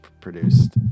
produced